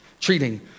treating